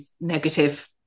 negative